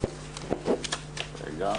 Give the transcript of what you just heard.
תודה.